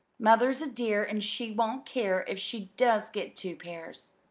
mother's a dear, and she won't care if she does get two pairs.